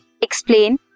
explain